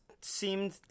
seemed